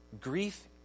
grief